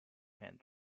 and